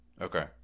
Okay